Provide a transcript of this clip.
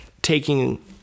taking